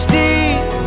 deep